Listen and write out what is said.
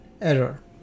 error